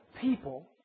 people